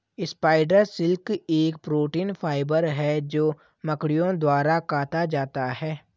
spider silk एक protein fibre है जो मकड़ियों द्वारा काता जाता है